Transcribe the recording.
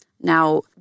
Now